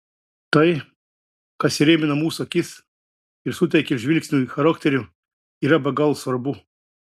tai kas įrėmina mūsų akis ir suteikia žvilgsniui charakterio yra be galo svarbu